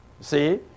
see